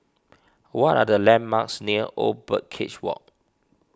what are the landmarks near Old Birdcage Walk